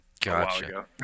gotcha